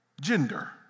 gender